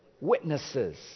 Witnesses